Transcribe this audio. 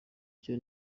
ryo